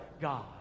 God